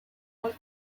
was